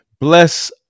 bless